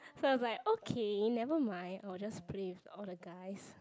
so I was like okay never mind I will just play with all the guys